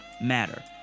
matter